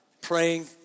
praying